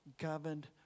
governed